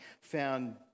found